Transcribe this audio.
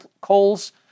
coals